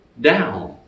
down